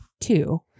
two